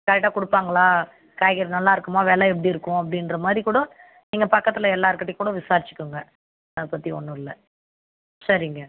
கரெக்டாக கொடுப்பாங்களா காய்கறி நல்லாருக்குமா வில எப்படி இருக்கும் அப்படின்ற மாதிரி கூட நீங்கள் பக்கத்தில் எல்லாருக்கிட்டயும் கூட விசாரிச்சிக்குங்க அதை பற்றி ஒன்று இல்லை சரிங்க